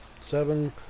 Seven